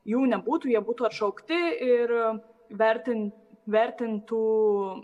jų nebūtų jie būtų atšaukti ir vertin vertintų